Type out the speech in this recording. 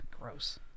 gross